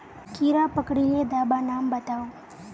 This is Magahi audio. कीड़ा पकरिले दाबा नाम बाताउ?